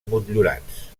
motllurats